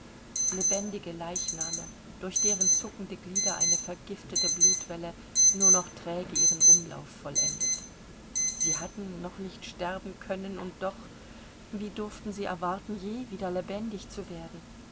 lebendige leichname durch deren zuckende glieder eine vergiftete blutwelle nur noch träge ihren umlauf vollendet sie hatten noch nicht sterben können und doch wie durften sie erwarten je wieder lebendig zu werden